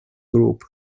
group